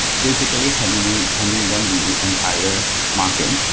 basically handling handling them the entire market.